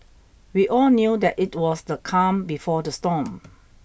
we all knew that it was the calm before the storm